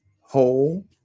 whole